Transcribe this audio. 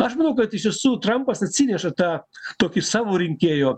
aš manau kad iš tiesų trampas atsineša tą tokį savo rinkėjo